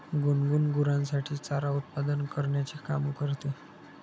गुनगुन गुरांसाठी चारा उत्पादन करण्याचे काम करते